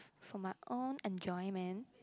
for my own enjoyment